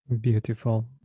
Beautiful